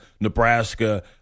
Nebraska